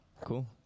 Cool